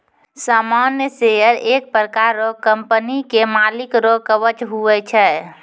सामान्य शेयर एक प्रकार रो कंपनी के मालिक रो कवच हुवै छै